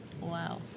Wow